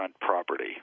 property